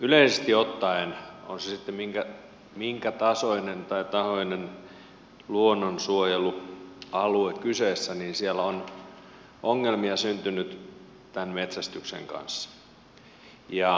yleisesti ottaen on sitten minkä tahansa tasoinen tai tahoinen luonnonsuojelualue kyseessä siellä on ongelmia syntynyt tämän metsästyksen kanssa